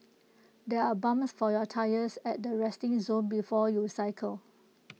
there are pumps for your tyres at the resting zone before you cycle